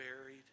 buried